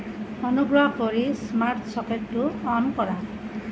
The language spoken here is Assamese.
অনুগ্ৰহ কৰি স্মাৰ্ট ছকেটটো অন কৰা